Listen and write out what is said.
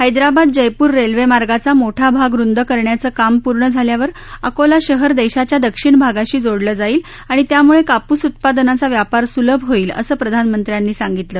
हैदराबाद जयप्र रेल्वे मार्गाचा मोठा भाग रुंद करण्याचं काम पूर्ण झाल्यावर अकोला शहर देशाच्या दक्षिण भागाशी जोडला जाईल आणि त्यामुळे कापूस उत्पादनाचा व्यापार सुलभ होईल असं प्रधानमंत्र्यांनी सांगितलं